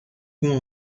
com